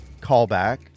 callback